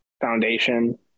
foundation